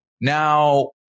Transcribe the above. now